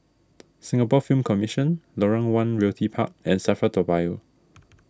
Singapore Film Commission Lorong one Realty Park and Safra Toa Payoh